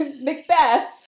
Macbeth